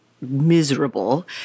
miserable